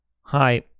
hi